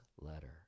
letter